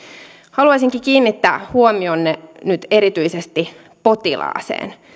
haluaisinkin kiinnittää huomionne nyt erityisesti potilaaseen